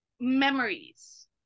memories